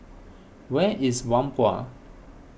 where is Whampoa